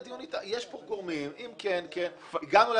יש פה גורמים, אם כן, כן, הגענו להסכמות.